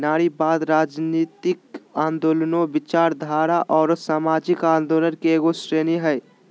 नारीवाद, राजनयतिक आन्दोलनों, विचारधारा औरो सामाजिक आंदोलन के एगो श्रेणी हइ